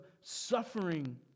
suffering